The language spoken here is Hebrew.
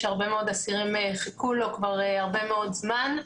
יש הרבה מאוד אסירים שחיכו לו כבר הרבה מאוד זמן.